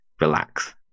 relax